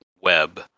web